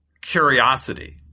curiosity